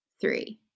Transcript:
three